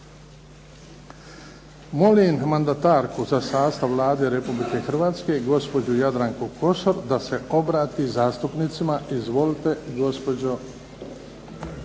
Molim mandatarku za sastav Vlade Republike Hrvatske gospođu Jadranku Kosor da se obrati zastupnicima. Izvolite gospođo